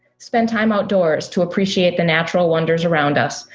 spend time outdoors to appreciate the natural wonders around us,